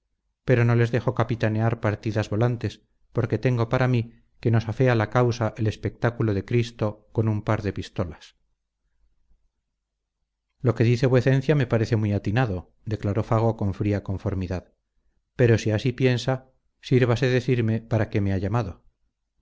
pero no les dejo capitanear partidas volantes porque tengo para mí que nos afea la causa el espectáculo de cristo con un par de pistolas lo que dice vuecencia me parece muy atinado declaró fago con fría conformidad pero si así piensa sírvase decirme para qué me ha llamado